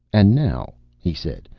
and now, he said,